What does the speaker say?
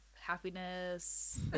happiness